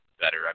better